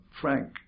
Frank